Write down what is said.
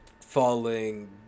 falling